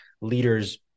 leaders